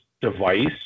device